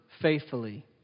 faithfully